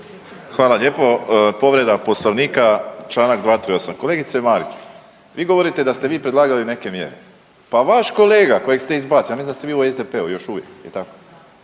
Hvala lijepo. Povreda Poslovnika, čl. 238. Kolegice Marić, vi govorite da ste vi predlagali neke mjere, pa vaš kolega kojeg ste izbacili, ja mislim da ste vi u SDP-u još uvijek